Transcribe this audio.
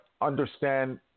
understand